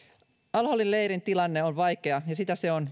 al holin leirin tilanne on vaikea ja sitä se on